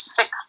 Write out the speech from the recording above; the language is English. six